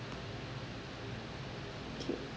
okay